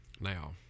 Now